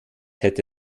hätte